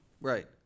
Right